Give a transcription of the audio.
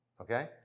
Okay